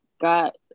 got